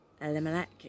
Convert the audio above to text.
Elimelech